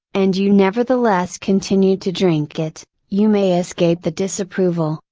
and you nevertheless continue to drink it, you may escape the disapproval,